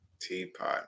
Teapot